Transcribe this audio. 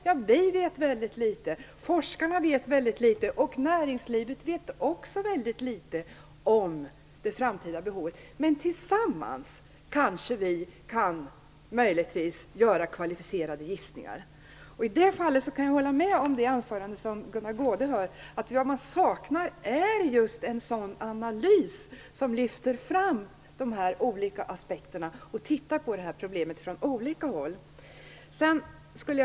Ja, vi vet väldigt litet, forskarna vet väldigt litet och näringslivet vet också väldigt litet om det framtida behovet. Men tillsammans kanske vi kan göra kvalificerade gissningar. I det fallet håller jag med Gunnar Goude om att man saknar just en sådan analys som lyfter fram dessa aspekter och belyser problemet från olika håll.